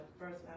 first